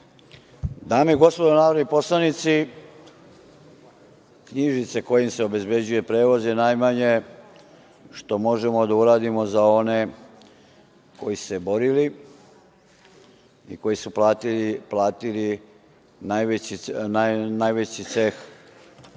Dame i gospodo narodi poslanici, knjižice kojim se obezbeđuje prevoz je najmanje što možemo da uradimo za one koji su se borili i koji su platili najveći ceh u toj